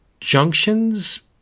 junctions